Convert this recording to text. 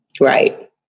Right